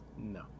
No